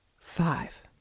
five